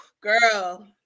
girl